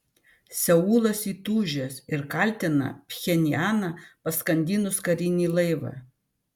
seulas įtūžęs ir kaltina pchenjaną paskandinus karinį laivą